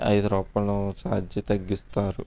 ఐదు రూపాయలు చార్జి తగ్గిస్తారు